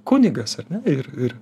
kunigas ar ne ir ir